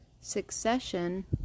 succession